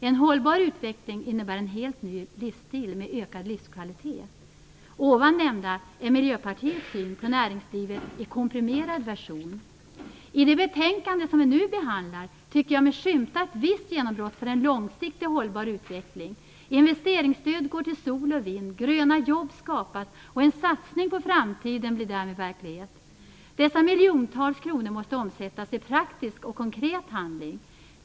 En hållbar utveckling innebär en helt ny livsstil, med ökad livskvalitet. Det nu nämnda är Miljöpartiets syn på näringslivet i komprimerad version. I det betänkande som vi nu behandlar tycker jag mig skymta ett visst genombrott för en långsiktigt hållbar utveckling. Investeringsstöd går till sol och vind, gröna jobb skapas och en satsning på framtiden blir därmed verklighet. Dessa miljontals kronor måste omsättas i praktisk och konkret handling.